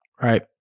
right